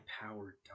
power